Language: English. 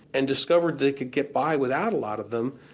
and discovered they could get by without a lot of them,